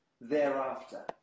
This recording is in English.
thereafter